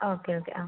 okay okay ആ